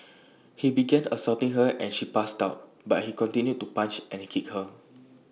he began assaulting her and she passed out but he continued to punch and kick her